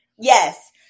Yes